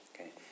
okay